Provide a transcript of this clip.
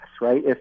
right